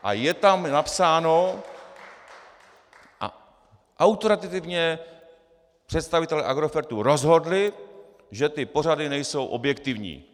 A je tam napsáno autoritativně představitelé Agrofertu rozhodli, že ty pořady nejsou objektivní.